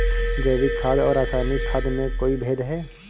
जैविक खाद और रासायनिक खाद में कोई भेद है?